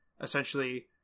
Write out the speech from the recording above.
essentially